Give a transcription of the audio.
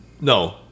No